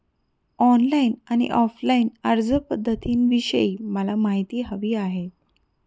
online आणि offline अर्जपध्दतींविषयी मला माहिती हवी आहे